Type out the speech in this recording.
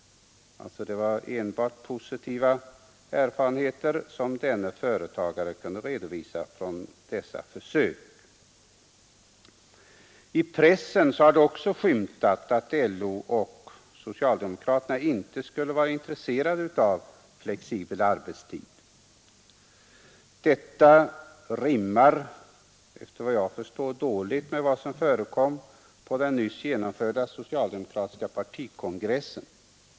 Det var alltså enbart positiva erfarenheter som denne företagare kunde redovisa från försöken. I pressen har det också skymtat att LO och socialdemokraterna inte skulle vara intresserade av flexibel arbetstid. Detta rimmar, efter vad jag förstår, dåligt med vad som förekom på den nyss genomförda socialdemokratiska partikongressen.